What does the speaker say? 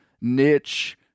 niche